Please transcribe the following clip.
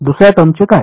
दुसर्या टर्मचे काय